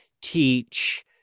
teach